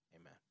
Amen